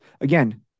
again